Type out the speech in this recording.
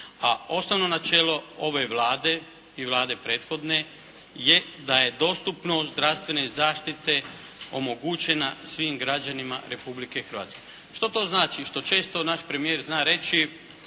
A osnovno načelo ove Vlade i Vlade prethodne je da je dostupnost zdravstvene zaštite omogućena svim građanima Republike Hrvatske. Što to znači, što često naš premijer zna reći